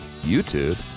YouTube